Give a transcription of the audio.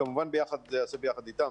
זה כמובן ייעשה ביחד איתם.